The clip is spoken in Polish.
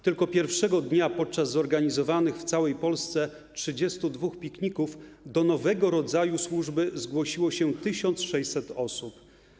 Tylko pierwszego dnia podczas zorganizowanych w całej Polsce 32 pikników do nowego rodzaju służby zgłosiło się 1600 osób.